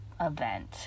event